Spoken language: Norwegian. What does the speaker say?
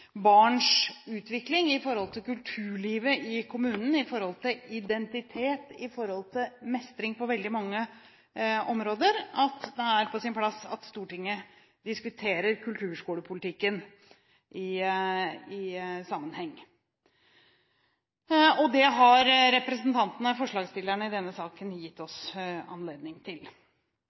barns utvikling, i forhold til kulturlivet i kommunen, i forhold til identitet og i forhold til mestring på veldig mange områder – at det er på sin plass at Stortinget diskuterer kulturskolepolitikken i sammenheng. Det har forslagsstillerne i denne saken gitt oss anledning til.